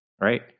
right